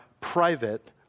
private